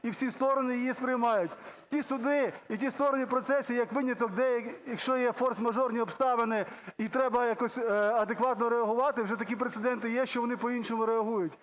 і всі сторони її сприймають. Ті суди і ті сторони в процесі як виняток, якщо є форс-мажорні обставини і треба якось адекватно реагувати, вже такі прецеденти є, що вони по-іншому реагують,